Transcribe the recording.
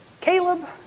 Caleb